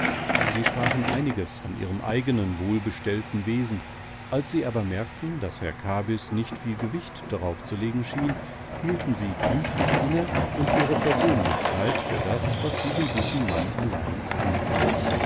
sie sprachen einiges von ihrem eigenen wohlbestellten wesen als sie aber merkten daß herr kabys nicht viel gewicht darauf zu legen schien hielten sie klüglich inne und ihre persönlichkeit für das was diesen guten mann allein anziehe